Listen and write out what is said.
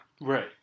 Right